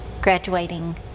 graduating